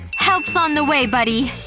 help's on the way, buddy.